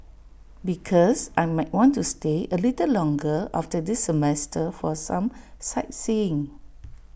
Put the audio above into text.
because I might want to stay A little longer after this semester for some sightseeing